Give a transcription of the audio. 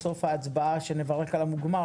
בסוף ההצבעה כשנברך על המוגמר,